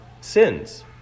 sins